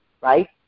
Right